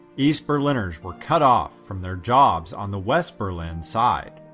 east berliners were cut off from their jobs on the west berlin side.